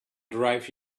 drive